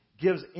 gives